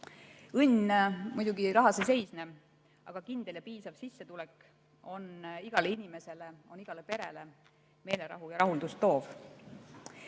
Õnn muidugi rahas ei seisne, aga kindel ja piisav sissetulek on igale inimesele, igale perele meelerahu ja rahuldust toov.